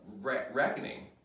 reckoning